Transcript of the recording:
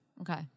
Okay